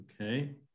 Okay